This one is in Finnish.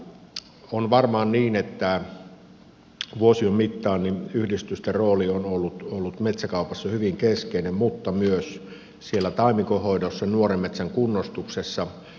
on varmaan niin että vuosien mittaan yhdistysten rooli on ollut metsäkaupassa hyvin keskeinen mutta myös siellä taimikon hoidossa nuoren metsän kunnostuksessa